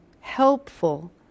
helpful